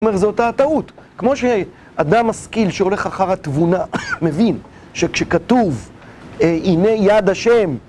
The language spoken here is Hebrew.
אומר זאת אותה הטעות, כמו שאדם משכיל שהולך אחר התבונה מבין שכשכתוב הנה יד השם